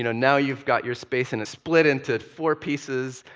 you know now you've got your space and it's split into four pieces.